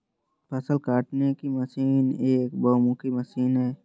फ़सल काटने की मशीन एक बहुमुखी मशीन है